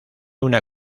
una